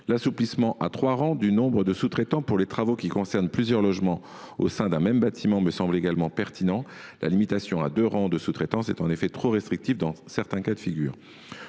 L’assouplissement à trois rangs du nombre de sous traitants pour les travaux qui concernent plusieurs logements au sein d’un même bâtiment me semble également pertinent. La limitation à deux rangs de sous traitants est en effet trop restrictive dans certains cas de figure.